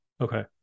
Okay